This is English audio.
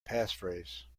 passphrase